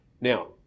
Now